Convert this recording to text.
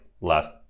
last